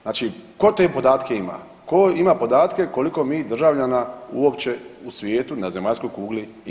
Znači tko te podatke ima, ko ima podatke koliko mi državljana uopće u svijetu na zemaljskoj kugli imamo?